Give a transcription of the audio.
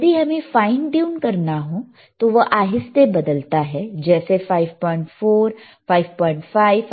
यदि हमें fine tune करना हो तो वह आहिस्ते बदलता है जैसे 54 55 56 57